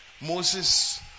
Moses